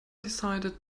decided